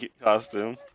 costume